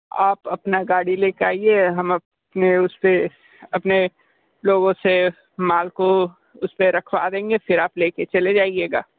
आप अपना गाड़ी ले कर आईए हम अपने उस पर अपने लोगों से माल को उस पर रखवा देंगे फिर आप ले कर चले जाइएगा